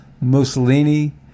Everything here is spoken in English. Mussolini